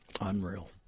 Unreal